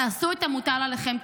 תעשו את המוטל עליכם,